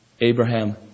Abraham